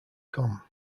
com